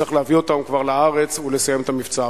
וצריך להביא אותם כבר לארץ ולסיים את המבצע.